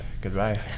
goodbye